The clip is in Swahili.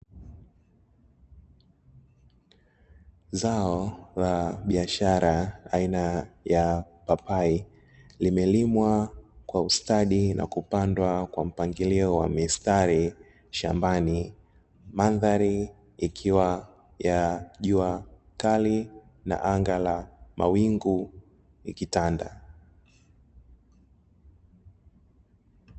Zao la biashara aina ya papai limelimwa kwa ustadi na kupandwa kwa mpangilio wa mistari shambani, mandhari ikiwa ya jua kali na anga la mawingu likitanda.